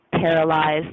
paralyzed